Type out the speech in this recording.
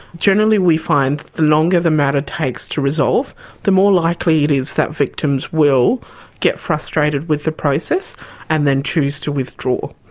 generally we find the longer the matter takes to resolve the more likely it is that victims will get frustrated with the process and then choose to withdraw.